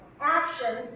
action